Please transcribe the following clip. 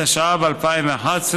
התשע"ב 2011,